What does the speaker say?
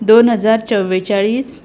दोन हजार चव्वेचाळीस